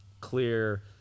clear